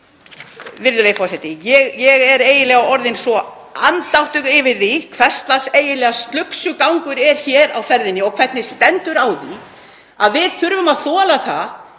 Virðulegi forseti. Ég er eiginlega orðin svo andaktug yfir því hvers lags eiginlega slugsugangur er hér á ferðinni. Hvernig stendur á því að við þurfum að þola það,